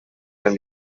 can